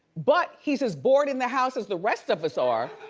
but he's as bored in the house as the rest of us are.